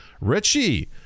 richie